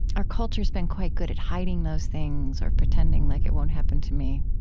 our culture's been quite good at hiding those things or pretending like it won't happen to me,